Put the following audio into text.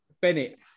Bennett